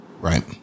Right